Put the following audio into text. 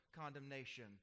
condemnation